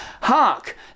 Hark